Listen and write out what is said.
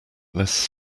less